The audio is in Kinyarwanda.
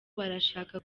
barashaka